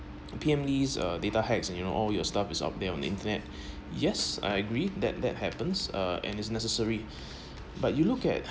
P_M lee's uh data hacks and you know all your stuff is up there own internet yes I agree that that happens uh and is necessary but you look at